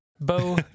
Bo